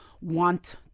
want